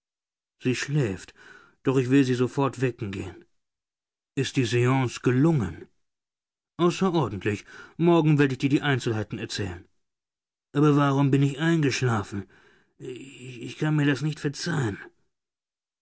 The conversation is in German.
sie schläft doch ich will sie sofort wecken gehen ist die seance gelungen außerordentlich morgen werde ich dir die einzelheiten erzählen aber warum bin ich eingeschlafen ich kann mir das nicht verzeihen